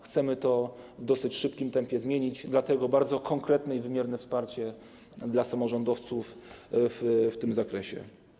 Chcemy to w dosyć szybkim tempie zmienić, dlatego jest bardzo konkretne i wymierne wsparcie dla samorządowców w tym zakresie.